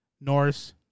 Norris